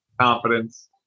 confidence